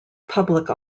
public